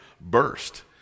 burst